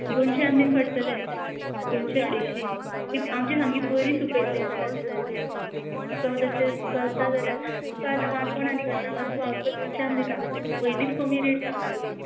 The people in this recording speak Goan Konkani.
दोनशान बीन पडटले दोनशे अडेश्शी तीं आमचीं सामकी बरी सुकयल्लीं आसता तीं सारकी तुका तशें चलता जाल्यार तुका आतां वानपण आनी करनाका तूं हांव तुका दोनशान दिता पयलीच कमी रेट सांगलां तुका